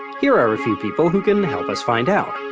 here are a few people who can help us find out.